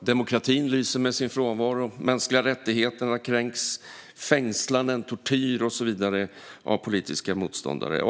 Demokratin lyser med sin frånvaro, och mänskliga rättigheter kränks genom fängslanden, tortyr och så vidare av politiska motståndare.